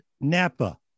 Napa